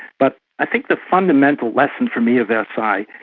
but i think the fundamental lesson for me of versailles,